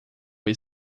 foi